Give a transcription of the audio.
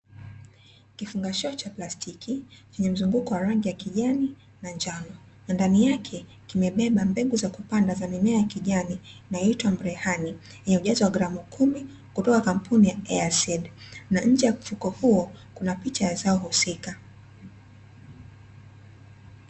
Kifungashio cha plastiki chenye mzunguko wa rangi ya kijani na njano, na ndani yake kimebeba mbegu za kupanda za mimea ya kijani inayoitwa Mrehani yenye ujazo wa gramu kumi kutoka kampuni ya "EASEED", na nje ya mfuko huo kuna picha ya zao husika.